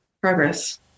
progress